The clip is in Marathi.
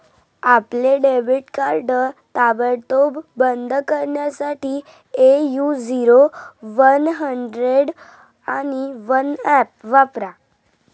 आपले डेबिट कार्ड ताबडतोब बंद करण्यासाठी ए.यू झिरो वन हंड्रेड आणि वन ऍप वापरा